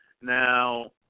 Now